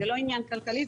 זה לא עניין כלכלי.